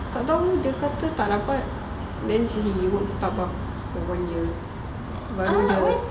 tak [tau] dia kata tak dapat then he work starbucks for one year baru work